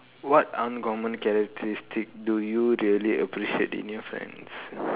what uncommon characteristic do you really appreciate in your friends